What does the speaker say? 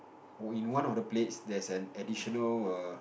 oh in one of the plate there's an additional err